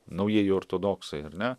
naujieji ortodoksai ar ne